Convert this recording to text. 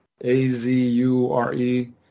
A-Z-U-R-E